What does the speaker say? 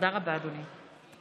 תודה רבה, אדוני.